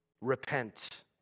Repent